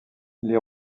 les